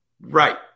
Right